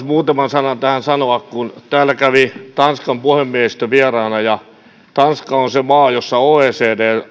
muutaman sanan tähän sanoa kun täällä kävi tanskan puhemiehistö vieraana ja tanska on se maa jossa oecd